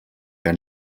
que